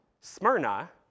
Smyrna